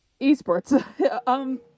esports